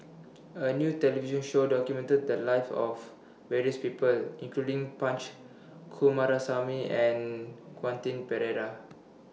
A New television Show documented The Lives of various People including Punch Coomaraswamy and Quentin Pereira